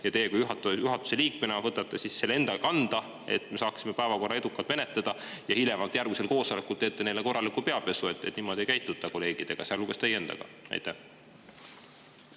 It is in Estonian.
ja teie juhatuse liikmena võtate selle enda kanda, et me saaksime päevakorra edukalt ära menetleda. Ja hiljemalt järgmisel koosolekul teete neile korraliku peapesu, et niimoodi ei käituta kolleegidega, sealhulgas teie endaga.